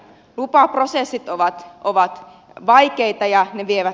lupaprosessit ovat vaikeita ja ne vievät aikaa